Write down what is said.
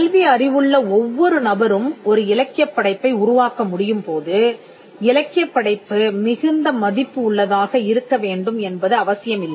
கல்வி அறிவுள்ள ஒவ்வொரு நபரும் ஒரு இலக்கியப் படைப்பை உருவாக்க முடியும் போது இலக்கியப் படைப்பு மிகுந்த மதிப்பு உள்ளதாக இருக்க வேண்டும் என்பது அவசியமில்லை